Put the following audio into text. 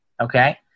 okay